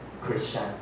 Christian